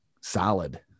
solid